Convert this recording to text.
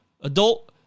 adult